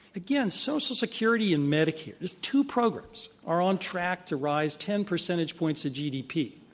again, social security and medicare, these two programs are on track to rise ten percentage points of gdp.